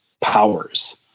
powers